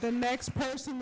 the next person